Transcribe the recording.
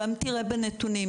גם תראה בנתונים,